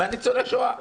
מניצולי השואה.